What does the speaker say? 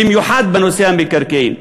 במיוחד בנושא המקרקעין.